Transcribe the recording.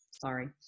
Sorry